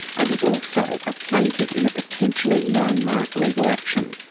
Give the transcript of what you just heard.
and is also a plaintiff in a potentially landmark legal action.